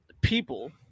people